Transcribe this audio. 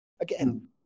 Again